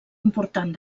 important